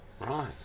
Right